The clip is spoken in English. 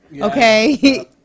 okay